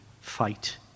fight